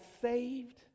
saved